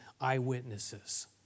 eyewitnesses